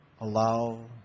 allow